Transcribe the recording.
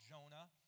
Jonah